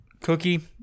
cookie